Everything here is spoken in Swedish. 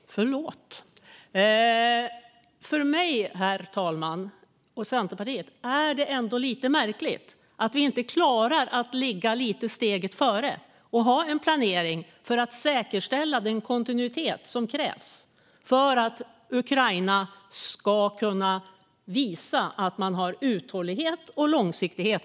För mig och Centerpartiet är det ändå lite märkligt att vi inte klarar att ligga steget lite före och ha en planering för att säkerställa den kontinuitet som krävs för att Ukraina ska kunna visa att man har uthållighet och långsiktighet.